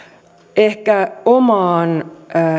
ehkä omaan